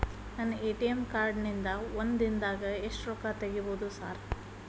ನನ್ನ ATM card ನಿಂದಾ ಒಂದ್ ದಿಂದಾಗ ಎಷ್ಟ ರೊಕ್ಕಾ ತೆಗಿಬೋದು ಸಾರ್?